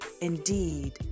indeed